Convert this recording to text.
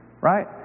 right